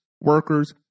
workers